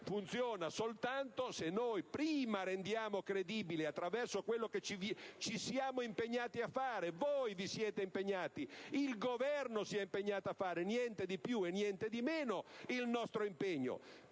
Funzionerà soltanto se noi prima rendiamo credibile, attraverso quello che ci siamo impegnati a fare - voi vi siete impegnati a fare, il Governo si è impegnato a fare - niente di più e niente di meno, il nostro impegno,